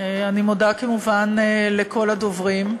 אני מודה, כמובן, לכל הדוברים.